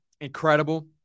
Incredible